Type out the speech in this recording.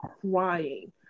crying